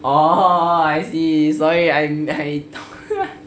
oh I see I see sorry I thought